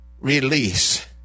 release